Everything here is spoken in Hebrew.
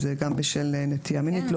כלומר, אם זה גם בשל נטייה מינית.